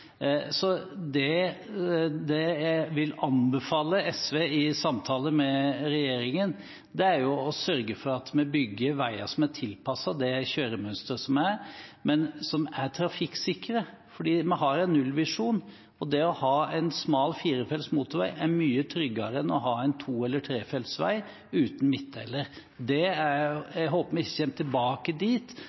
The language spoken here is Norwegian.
Det jeg vil anbefale SV å gjøre, i samtale med regjeringen, er å sørge for at vi bygger veier som er tilpasset det kjøremønsteret som er, men som er trafikksikre, for vi har en nullvisjon, og det å ha en smal firefelts motorvei er mye tryggere enn å ha en to- eller trefeltsvei uten midtdeler. Jeg håper vi ikke kommer tilbake dit